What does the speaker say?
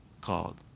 called